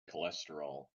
cholesterol